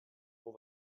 pour